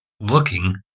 looking